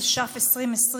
התש"ף 2020,